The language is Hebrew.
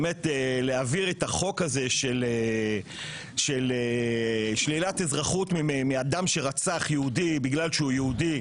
להעביר את החוק הזה של שלילת אזרחות מאדם שרצח יהודי בגלל שהוא יהודי,